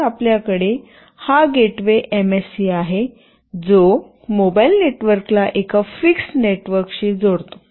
तर आपल्याकडे हा गेटवे एमएससी आहे जो मोबाइल नेटवर्कला एका फिक्स्ड नेटवर्कशी जोडतो